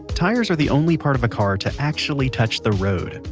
tires are the only part of a car to actually touch the road.